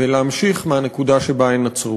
ואני רוצה להמשיך מהנקודה שבה הן עצרו.